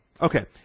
Okay